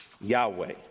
Yahweh